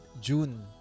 June